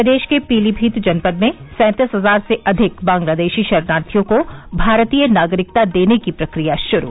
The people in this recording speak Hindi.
प्रदेश के पीलीभीत जनपद में सैंतीस हजार से अधिक बांग्लादेशी शरणार्थियों को भारतीय नागरिकता देने की प्रक्रिया शुरू